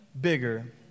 bigger